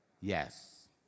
Yes